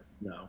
no